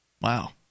wow